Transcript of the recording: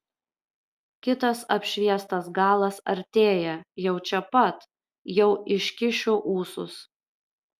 kitas apšviestas galas artėja jau čia pat jau iškišiu ūsus